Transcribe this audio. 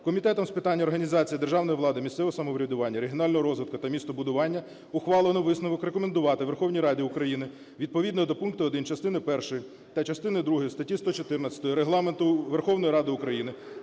Комітетом з питань організації державної влади, місцевого самоврядування, регіонального розвитку та містобудування ухвалено висновок рекомендувати Верховній Раді України відповідно до пункту 1 частини першої та частини другої статті 114 Регламенту Верховної Ради України